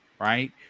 Right